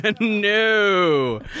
No